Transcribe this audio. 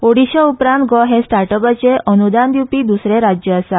ओडिशा उपरांत गोंय हें स्टार्टअपाचें अनुदान दिवपी द्रसरें राज्य आसा